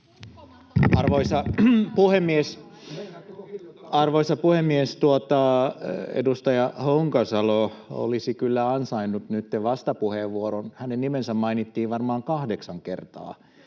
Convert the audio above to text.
Arvoisa puhemies! Edustaja Honkasalo olisi kyllä ansainnut nytten vastapuheenvuoron. Hänen nimensä mainittiin varmaan kahdeksan kertaa.